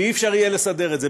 שלא יהיה אפשר לסדר את זה.